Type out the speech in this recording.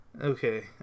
Okay